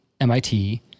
MIT